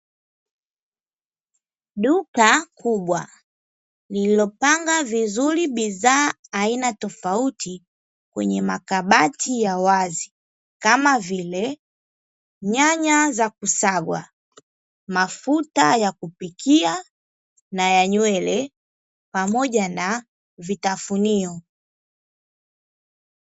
Duka kubwa lililopanga vizuri bidhaa aina tofauti, kwenye makabati ya wazi kama vile: nyanya za kusagwa, mafuta ya kupikia na ya nywele, pamoja na vitafunio.